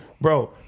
bro